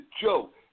joke